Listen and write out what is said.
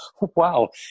wow